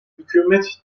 hükümet